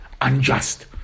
unjust